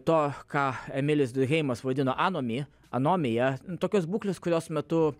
to ką emilis duheimas vadino anomi anomija tokios būklės kurios metu